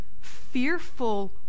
fearful